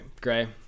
gray